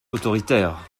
autoritaire